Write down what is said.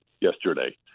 yesterday